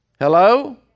Hello